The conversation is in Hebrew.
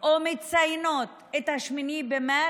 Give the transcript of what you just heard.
או מציינות את 8 במרץ,